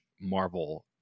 Marvel